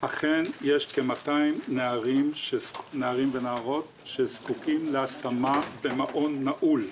אכן יש כ-200 נערים ונערות שזקוקים להשמה במעון נעול.